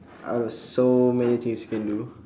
I got so many things you can do